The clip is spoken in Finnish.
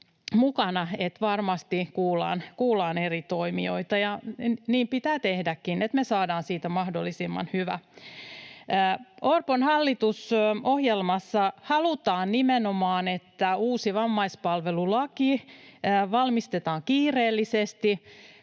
Varmasti kuullaan eri toimijoita, ja niin pitää tehdäkin, että me saadaan siitä mahdollisimman hyvä. Orpon hallitusohjelmassa halutaan nimenomaan, että uusi vammaispalvelulaki valmistetaan kiireellisesti,